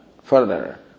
further